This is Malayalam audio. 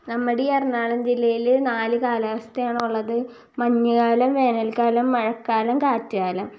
നമ്മുടെയീ എറണാകുളം ജില്ലയിൽ നാല് കാലാവസ്ഥയാണുള്ളത് മഞ്ഞ് കാലം വേനൽക്കാലം മഴക്കാലം കാറ്റ് കാലം